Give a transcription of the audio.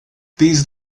these